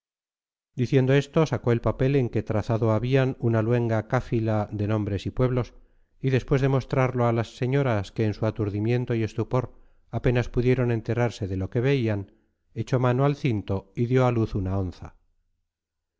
diciendo esto sacó el papel en que trazado habían una luenga cáfila de nombres y pueblos y después de mostrarlo a las señoras que en su aturdimiento y estupor apenas pudieron enterarse de lo que veían echó mano al cinto y dio a luz una onza